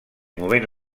movent